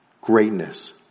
greatness